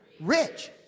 Rich